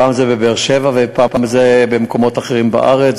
פעם זה בבאר-שבע ופעם זה במקומות אחרים בארץ,